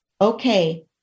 okay